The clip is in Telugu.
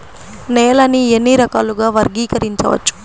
నేలని ఎన్ని రకాలుగా వర్గీకరించవచ్చు?